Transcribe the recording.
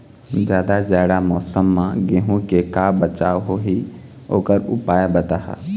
जादा जाड़ा मौसम म गेहूं के का बचाव होही ओकर उपाय बताहा?